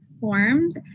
formed